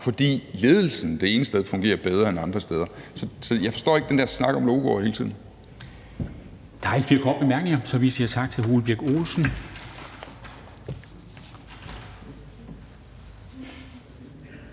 fordi ledelsen det ene sted fungerer bedre end ledelsen det andet sted. Så jeg forstår ikke den der snak om logoer hele tiden.